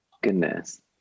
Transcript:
goodness